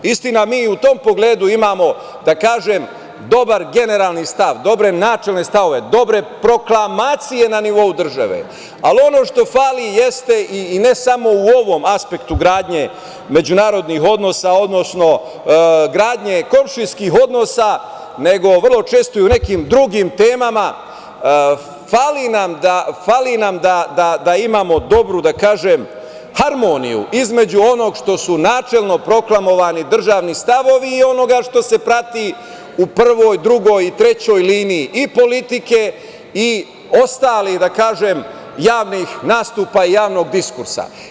Istina, mi i u tom pogledu imamo, da kažem, dobar generalni stav, dobre načelne stavove, dobre proklamacije na nivou države, ali ono što fali jeste, i ne samo u ovom aspektu gradnje međunarodnih odnosa, odnosno gradnje komšijskih odnosa, nego vrlo često i u nekim drugim temama, fali nam da imamo dobru harmoniju između onog što su načelno proklamovani državni stavovi i onoga što se prati u prvoj, drugoj i trećoj liniji i politike i ostalih javnih nastupa i javnog diskursa.